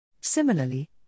Similarly